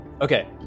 Okay